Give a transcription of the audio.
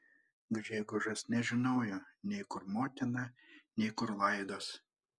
gžegožas nežinojo nei kur motina nei kur laidos